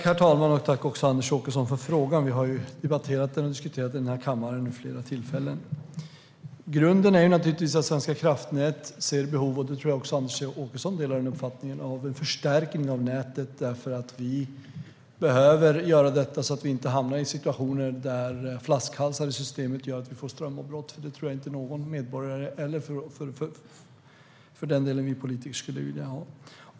Herr talman! Tack, Anders Åkesson, för frågan! Vi har ju debatterat och diskuterat den här i kammaren vid flera tillfällen. Grunden är naturligtvis att Svenska kraftnät ser behov - och jag tror att också Anders Åkesson delar den uppfattningen - av en förstärkning av nätet så att vi inte hamnar i situationer där flaskhalsar i systemet gör att vi får strömavbrott. Det tror jag inte att någon, vare sig medborgare eller politiker, skulle vilja ha.